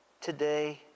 Today